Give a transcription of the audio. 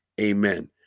Amen